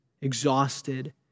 exhausted